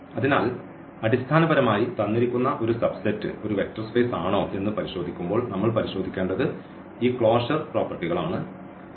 അതിനാൽ അടിസ്ഥാനപരമായി തന്നിരിക്കുന്ന ഒരു സബ് സെറ്റ് ഒരു വെക്റ്റർ സ്പേസ് ആണോ എന്ന് പരിശോധിക്കുമ്പോൾ നമ്മൾ പരിശോധിക്കേണ്ടത് ഈ ക്ലോഷർ പ്രോപ്പർട്ടികൾ പരിശോധിക്കേണ്ടതുണ്ട്